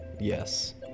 Yes